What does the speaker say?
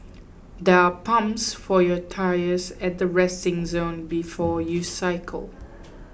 there are pumps for your tyres at the resting zone before you cycle